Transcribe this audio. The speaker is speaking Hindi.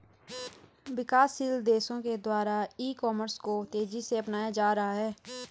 विकासशील देशों के द्वारा ई कॉमर्स को तेज़ी से अपनाया जा रहा है